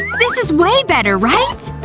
this is way better, right?